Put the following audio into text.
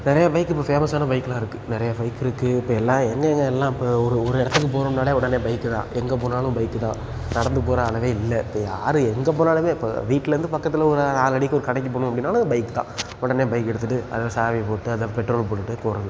நிறைய பைக் இப்ப ஃபேமஸான பைக்லாம் இருக்குது நிறைய பைக் இருக்குது இப்போ எல்லாம் எங்கெங்கே எல்லாம் இப்போ ஒரு ஒரு இடத்துக்கு போகிறோம்னாலே உடனே பைக்கு தான் எங்கே போனாலும் பைக்கு தான் நடந்து போகிற அளவே இல்லை இப்போ யார் எங்கே போனாலுமே இப்போ வீட்லேருந்து பக்கத்தில் ஒரு நாலு அடிக்கு ஒரு கடைக்கு போகணும் அப்படின்னாலே பைக்கு தான் உடனே பைக் எடுத்துகிட்டு அதில் சாவி போட்டு அதை பெட்ரோல் போட்டுகிட்டு போவது